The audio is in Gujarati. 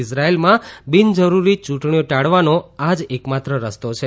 ઇઝરાયલમાં બિનજરૂરી યૂંટણીઓ ટાળવાનો આ જ એકમાત્ર રસ્તો છે